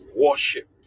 Worship